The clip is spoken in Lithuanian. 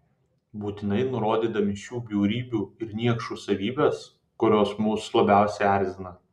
būtinai nurodydami šių bjaurybių ir niekšų savybes kurios mus labiausiai erzina